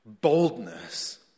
boldness